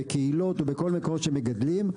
בקהילות ובכל מיני מקומות שמגדלים.